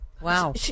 wow